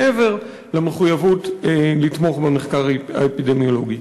מעבר למחויבות לתמוך במחקר האפידמיולוגי.